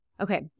Okay